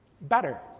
Better